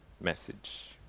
message